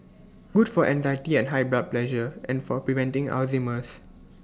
good for anxiety and high blood pressure and for preventing Alzheimer's